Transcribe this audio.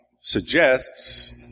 suggests